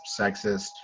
Sexist